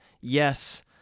Yes